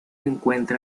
encuentra